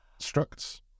structs